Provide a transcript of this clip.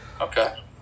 Okay